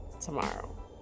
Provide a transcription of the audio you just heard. tomorrow